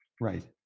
Right